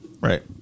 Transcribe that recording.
Right